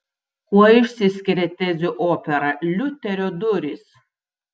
kuo išsiskiria tezių opera liuterio durys